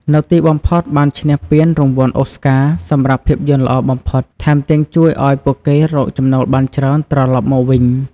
នៅទីបំផុតបានឈ្នះពានរង្វាន់ អូរស្ការ សម្រាប់ភាពយន្តល្អបំផុត ថែមទាំងជួយឲ្យពួកគេរកចំណូលបានច្រើនត្រឡប់មកវិញ។